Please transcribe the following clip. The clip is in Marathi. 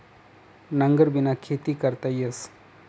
नांगरबिना खेती करता येस